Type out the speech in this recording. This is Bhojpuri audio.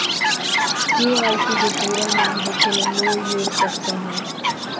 के.वाई.सी के पूरा नाम होखेला नो योर कस्टमर